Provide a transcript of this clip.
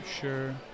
sure